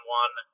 one